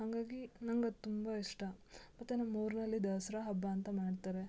ಹಂಗಾಗಿ ನಂಗೆ ಅದು ತುಂಬ ಇಷ್ಟ ಮತ್ತು ನಮ್ಮ ಊರಿನಲ್ಲಿ ದಸರಾ ಹಬ್ಬ ಅಂತ ಮಾಡ್ತಾರೆ